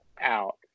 out